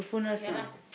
ya lah